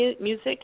music